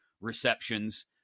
receptions